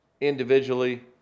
individually